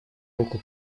руку